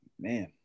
Man